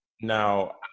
Now